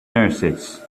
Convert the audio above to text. nurses